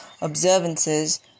observances